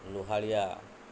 ଗୁହାଳିଆ